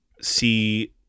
see